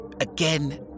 again